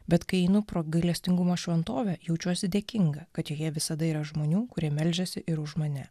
bet kai einu pro gailestingumo šventovę jaučiuosi dėkinga kad joje visada yra žmonių kurie meldžiasi ir už mane